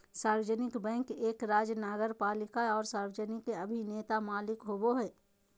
सार्वजनिक बैंक एक राज्य नगरपालिका आर सार्वजनिक अभिनेता मालिक होबो हइ